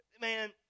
man